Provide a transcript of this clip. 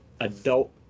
adult